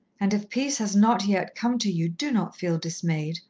and if peace has not yet come to you, do not feel dismayed.